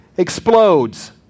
explodes